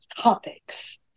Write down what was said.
topics